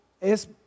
es